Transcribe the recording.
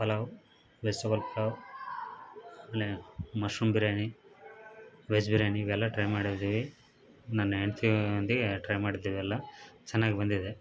pulao vegetable pulao ಆಮೇಲೆ mushroom biryani veg biryani ಇವೆಲ್ಲ try ಮಾಡಿದ್ದೀವಿ ನನ್ನ ಹೆಂಡ್ತಿಯೊಂದಿಗೆ ಟ್ರೈ ಮಾಡಿದ್ದೇವೆ ಎಲ್ಲ ಚೆನ್ನಾಗಿ ಬಂದಿದೆ